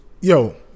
Yo